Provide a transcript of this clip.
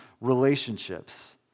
relationships